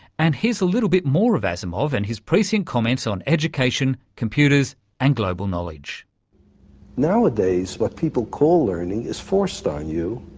and here's a little bit more of asimov and his prescient comments on education, computers and global knowledge nowadays, what people call learning is forced on you,